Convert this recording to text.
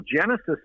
genesis